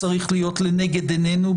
צריך להיות לנגד עינינו,